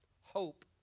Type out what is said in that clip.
Hope